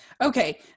okay